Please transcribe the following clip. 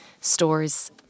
stores